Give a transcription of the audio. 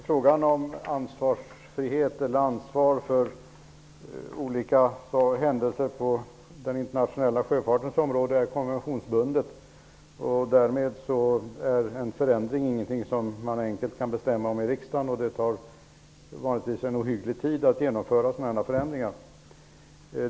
Fru talman! Frågan om ansvar för olika händelser på den internationella sjöfartens område är konventionsbunden. Därmed är en förändring inte något som man enkelt kan bestämma om i riksdagen. Det tar vanligtvis en ohygglig tid att genomföra förändringar.